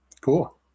Cool